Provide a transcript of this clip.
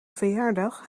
verjaardag